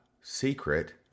secret